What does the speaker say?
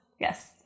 yes